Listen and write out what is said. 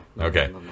Okay